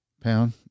Pound